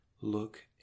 look